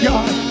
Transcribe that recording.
God